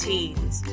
Teens